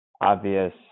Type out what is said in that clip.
obvious